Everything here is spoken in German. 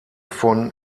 von